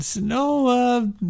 No